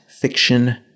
Fiction